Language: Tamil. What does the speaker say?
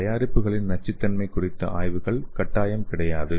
தயாரிப்புகளின் நச்சுத்தன்மை குறித்த அறிக்கைகள் கட்டாயம் கிடையாது